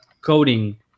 coding